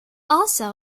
also